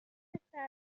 està